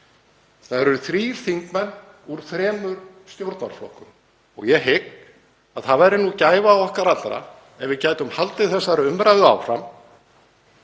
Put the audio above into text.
Það eru þrír þingmenn úr þremur stjórnmálaflokkum og ég hygg að það væri gæfa okkar allra ef við gætum haldið þessari umræðu áfram,